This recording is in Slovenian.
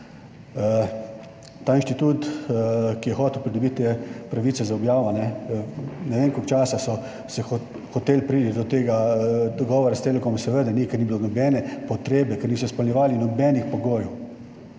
Ta inštitut, ki je hotel pridobiti te pravice za objavo, ne vem, koliko časa se je hotelo priti do tega dogovora s Telekomom, seveda se ni, ker ni bilo nobene potrebe, ker niso izpolnjevali nobenih pogojev,